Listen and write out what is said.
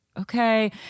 okay